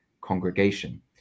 congregation